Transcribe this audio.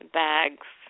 bags